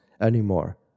anymore